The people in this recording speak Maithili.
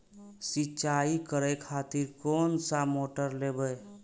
सीचाई करें खातिर कोन सा मोटर लेबे?